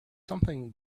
something